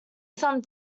some